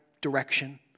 direction